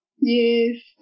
Yes